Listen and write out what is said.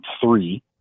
three